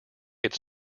its